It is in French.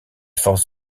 forces